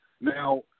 Now